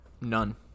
None